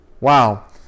Wow